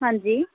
ਹਾਂਜੀ